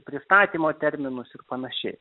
pristatymo terminus ir panašiai